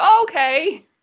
okay